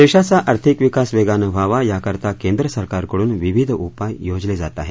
देशाचा आर्थिक विकास वेगानं व्हावा याकरता केंद्र सरकारकडून विविध उपाय योजले जात आहे